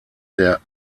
der